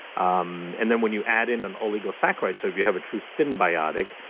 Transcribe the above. um and then when you add in an oligosaccharide, so if you have a true symbiotic,